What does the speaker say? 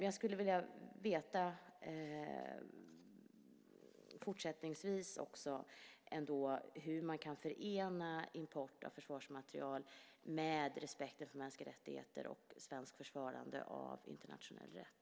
Jag skulle vilja veta hur man fortsättningsvis kan förena frågan om import av försvarsmateriel med frågan om respekt för mänskliga rättigheter och ett svenskt försvarande av internationell rätt.